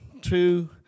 two